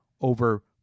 over